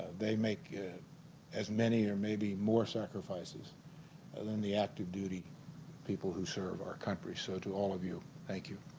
they make as many or maybe more sacrifices than the active duty people who serve our country so to all of you thank you.